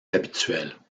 habituels